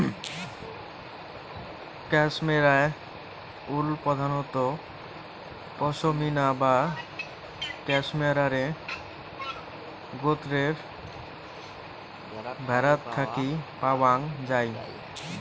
cashmere wool প্রধানত পসমিনা বা ক্যাশমেয়ারে গোত্রের ভ্যাড়াত থাকি পাওয়াং যাই